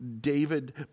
David